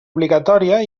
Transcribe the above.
obligatòria